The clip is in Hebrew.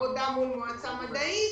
עבודה מול המועצה המדעית.